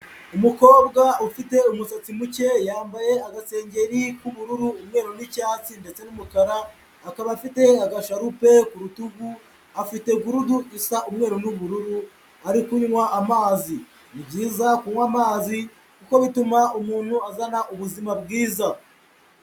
Umukobwa ufite umusatsi muke yambaye agasengeri k'ubururu umweruru n'icyatsi ndetse n'umukara, akaba afite agasharupe ku rutugu afite gurudu isa umweru n'ubururu ari kunywa amazi, ni byiza kunywa amazi kuko bituma umuntu azana ubuzima bwiza.